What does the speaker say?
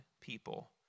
people